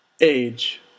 Age